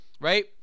Right